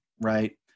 right